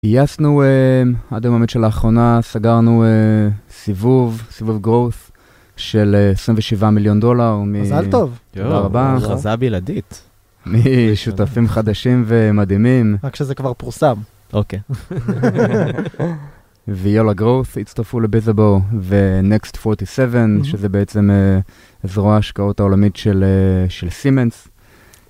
גייסנו, עד היום האמת שלאחרונה, סגרנו סיבוב, סיבוב growth של 27 מיליון דולר. מזל טוב. תודה רבה. הכרזה בלעדית? משותפים חדשים ומדהימים. רק שזה כבר פורסם. אוקיי. viola growth הצטרפו לביזאבו ו-next 47, שזה בעצם זרוע ההשקעות העולמית של סימנס.